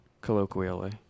Colloquially